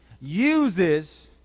uses